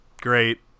great